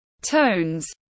tones